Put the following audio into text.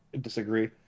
disagree